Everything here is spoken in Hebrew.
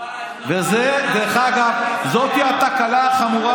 דרך אגב, זו התקלה החמורה